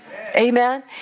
Amen